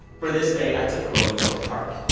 for this day, i took chloe to a park,